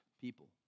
people